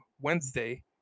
Wednesday